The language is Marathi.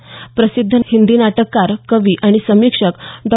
सुप्रसिद्ध हिंदी नाटककार कवी आणि समीक्षक डॉ